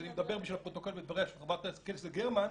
אז אני מדבר בשביל הפרוטוקול לדבריה של חברת הכנסת גרמן,